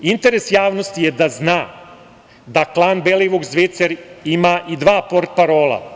Interes javnosti je da zna da klan Belivuk – Zvicer ima i dva portparola.